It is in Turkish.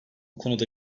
konuda